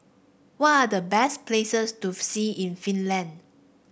what are the best places to see in Finland